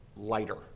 lighter